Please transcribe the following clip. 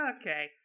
okay